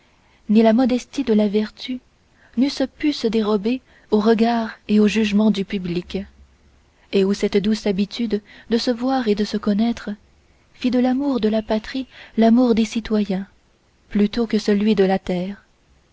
ni la modestie de la vertu n'eussent pu se dérober aux regards et au jugement du public et où cette douce habitude de se voir et de se connaître fît de l'amour de la patrie l'amour des citoyens plutôt que celui de la terre